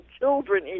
children